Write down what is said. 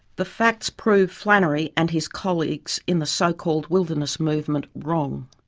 the facts prove flannery and his colleagues in the so-called wilderness movement wrong.